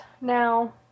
now